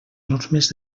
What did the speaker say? normes